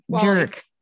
jerk